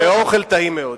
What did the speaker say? והאוכל טעים מאוד.